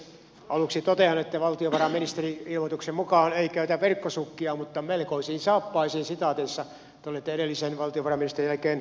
aluksi totean että valtiovarainministeri ilmoituksen mukaan ei käytä verkkosukkia mutta melkoisiin saappaisiin te olette edellisen valtiovarainministerin jälkeen astuneet